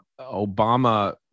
obama